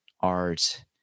art